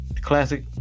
classic